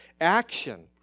action